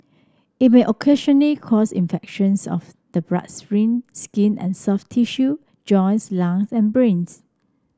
it may occasionally cause infections of the bloodstream skin and soft tissue joints lung and brains